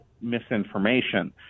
misinformation